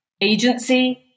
agency